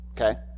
Okay